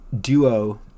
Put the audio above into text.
duo